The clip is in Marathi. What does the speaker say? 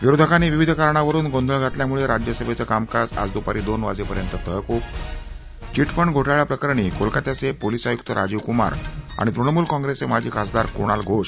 विरोधकांनी विविध कारणावरुन गोंधळ घातल्यामुळे राज्यसभेचं कामकाज आज दुपारी दोन वाजेपर्यंत तहकूब चिटफंड घोटाळ्याप्रकरणी कोलकात्याचे पोलीस आयुक्त राजीव कुमार आणि तृणमूल काँग्रेसचे माजी खासदार कुणाल घोष